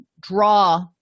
draw